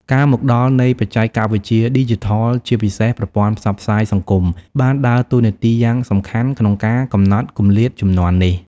ការមកដល់នៃបច្ចេកវិទ្យាឌីជីថលជាពិសេសប្រព័ន្ធផ្សព្វផ្សាយសង្គមបានដើរតួនាទីយ៉ាងសំខាន់ក្នុងការកំណត់គម្លាតជំនាន់នេះ។